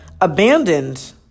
abandoned